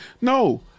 No